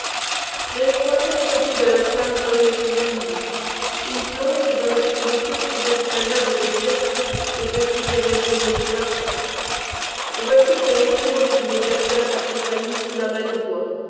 mais le troisième côté de la salle donne sur la nuit il plonge dans l'obscurité ses esplanades désertes au-dessus des régions de josaphat et voici que l'épaule du médiateur a tressailli sous la